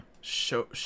show